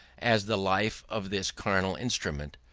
as the life of this carnal instrument,